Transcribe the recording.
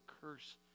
curse